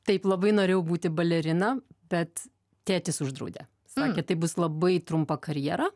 taip labai norėjau būti balerina bet tėtis uždraudė sakė tai bus labai trumpa karjera